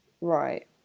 right